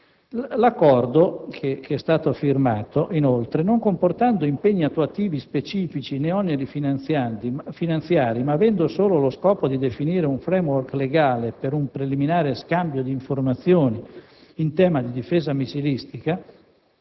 L'accordo firmato, inoltre, non comportando impegni attuativi specifici né oneri finanziari, ma avendo solo lo scopo di definire un *framework* legale per un preliminare scambio di informazioni in tema di difesa missilistica